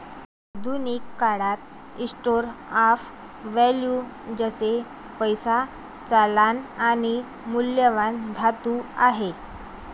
आधुनिक काळात store of value जसे पैसा, चलन आणि मौल्यवान धातू आहे